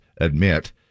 admit